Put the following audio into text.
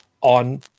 on